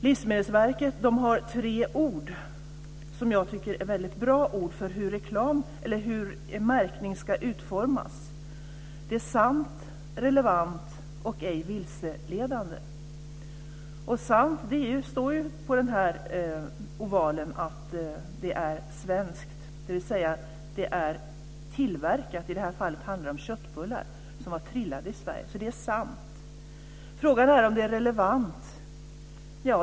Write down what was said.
Livsmedelsverket har tre ord som jag tycker är väldigt bra för hur en märkning ska utformas. Det ska vara sant, relevant och ej vilseledande. Sant är att det står på ovalen att det är svenskt, dvs. att det är tillverkat i Sverige. I det här fallet handlade det om köttbullar som var trillade i Sverige. Det är sant. Frågan är om det är relevant.